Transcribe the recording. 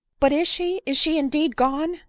but is she is she indeed gone?